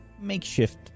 makeshift